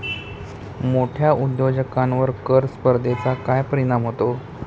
मोठ्या उद्योजकांवर कर स्पर्धेचा काय परिणाम होतो?